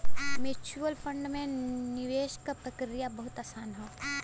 mutual fund में निवेश क प्रक्रिया बहुत आसान हौ